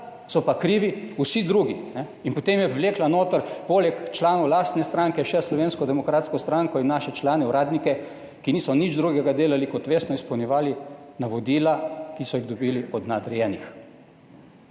so pa krivi vsi drugi, ne. In potem je vlekla noter poleg članov lastne stranke še Slovensko demokratsko stranko in naše člane, uradnike, ki niso nič drugega delali kot vestno izpolnjevali navodila, ki so jih dobili od nadrejenih.